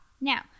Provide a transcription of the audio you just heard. now